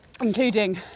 including